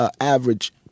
average